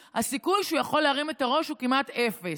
הסיכוי שהוא יכול להרים את הראש הוא כמעט אפס,